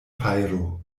fajro